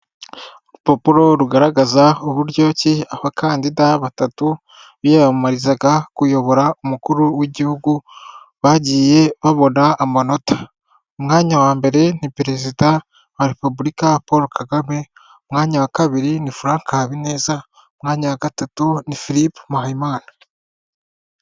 Urupapuro rugaragaza uburyo ki abakandida batatu biyamamarizaga kuyobora umukuru w'igihugu bagiye babona amanota, umwanya wa mbere ni Perezida wa Repubulika Paul Kagame, umwanya wa kabiri ni Frank Habineza, umwanya wa gatatu ni Philippe Muhiyimana.